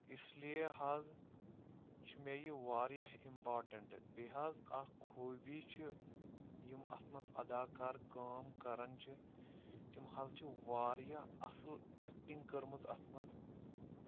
اِسلیے حظ چھُ مےٚ یہِ واریاہ اِمپاٹَنٹ بیٚیہِ حظ اکھ خوٗبی چھِ یِم اَتھ منٛز اَداکار کٲم کران چھِ تِم حظ چھِ واریاہ اَصٕل ایٚکٹِنٛگ کٔرمٕژ اَتھ منٛز